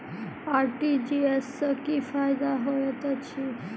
RTGS सँ की फायदा होइत अछि?